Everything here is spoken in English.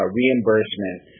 reimbursement